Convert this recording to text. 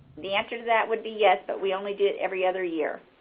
the answer to that would be yes, but we only do it every other year.